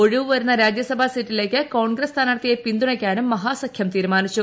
ഒഴിവു വരുന്ന രാജ്യസഭാ സീറ്റിലേക്ക് കോൺഗ്രസ് സ്ഥാനാർത്ഥിയെ പിന്തുണയ്ക്കാനും മഹാസഖ്യം തീരുമാനിച്ചു